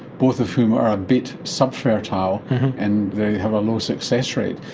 both of whom are a bit sub-fertile and they have a low success rate.